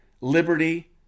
liberty